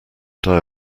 die